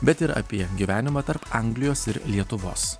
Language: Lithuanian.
bet ir apie gyvenimą tarp anglijos ir lietuvos